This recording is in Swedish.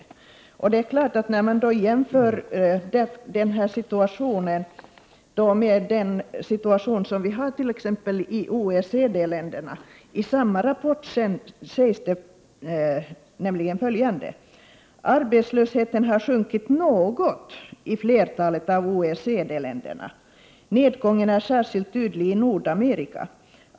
Den skillnaden kan gärna jämföras med den som finns i OECD-länderna. I samma rapport sägs nämligen följande: ”Arbetslösheten har sjunkit något i flertalet av OECD-länderna. Nedgången är särskilt tydlig i Nordamerika.